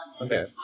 Okay